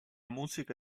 musica